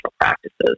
practices